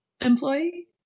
employee